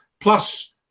plus